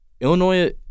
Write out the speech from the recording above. Illinois